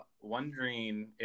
wondering